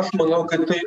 aš manau kad tai